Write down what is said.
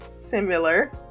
similar